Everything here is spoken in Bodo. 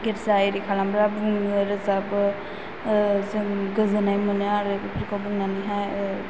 गेर्जा इरि खालामग्रा बुङो रोजाबो जों गोजोन्नाय मोनो आरो बेफोरखौ बुंनानै हाय